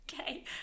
okay